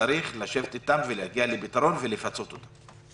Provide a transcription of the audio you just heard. וצריך לשבת איתם ולהגיע לפתרון ולפצות אותם.